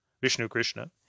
Vishnu-Krishna